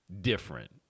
different